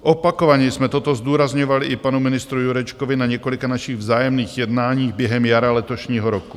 Opakovaně jsme toto zdůrazňovali i panu ministrovi Jurečkovi na několika našich vzájemných jednání během jara letošního roku.